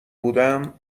بودم